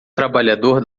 trabalhador